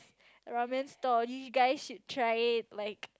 ramen stall you guys should try it like